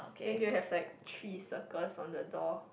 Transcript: then do you have like three circles on the door